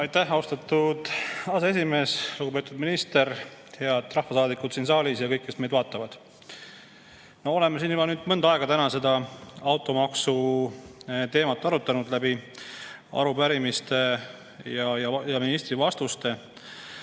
Aitäh, austatud aseesimees! Lugupeetud minister! Head rahvasaadikud siin saalis ja kõik, kes meid vaatavad! Oleme siin täna juba mõnda aega automaksu teemat arutanud läbi arupärimiste ja ministri vastuste.